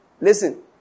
Listen